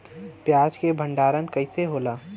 प्याज के भंडारन कइसे होला?